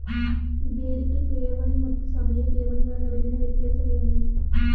ಬೇಡಿಕೆ ಠೇವಣಿ ಮತ್ತು ಸಮಯ ಠೇವಣಿಗಳ ನಡುವಿನ ವ್ಯತ್ಯಾಸವೇನು?